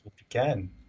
again